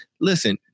Listen